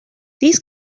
these